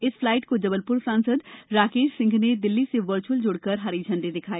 इस फ्लाइट को जबलपुर सांसद राकेश सिंह ने दिल्ली से वर्च्अल जुड़कर हरी झंडी दिखाई